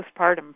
postpartum